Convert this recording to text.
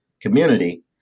community